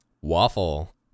Waffle